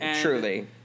Truly